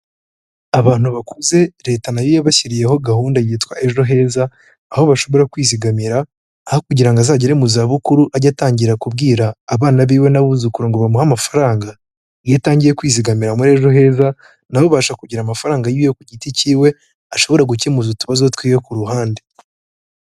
Abantu bakuze, Leta na bo yabashyiriyeho gahunda yitwa ejo heza, aho bashobora kwizigamira, aho kugira ngo azagere mu za bukuru ajye atangira kubwira abana biwe n'abuzukuru ngo bamuhe amafaranga, iyo atangiye kwizigamira muri ejo heza, na we abasha kugira amafaranga yiwe ku giti cyiwe, ashobora gukemuza utubazo two ku ruhande.